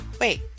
Wait